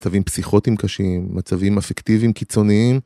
מצבים פסיכוטיים קשים, מצבים אפקטיביים קיצוניים.